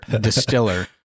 distiller